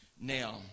Now